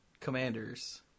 commanders